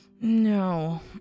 no